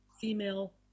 female